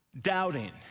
doubting